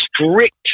strict